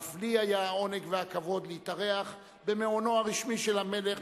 אף לי היה העונג והכבוד להתארח במעונו הרשמי של המלך.